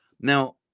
Now